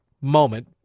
moment